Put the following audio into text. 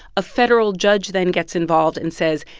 a federal judge then gets involved and says,